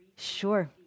Sure